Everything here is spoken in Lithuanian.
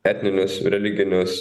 etninius religinius